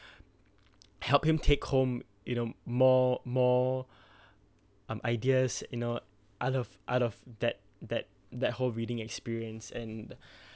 help him take home you know more more um ideas you know out of out of that that that whole reading experience and